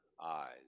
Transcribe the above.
eyes